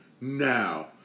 now